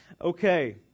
okay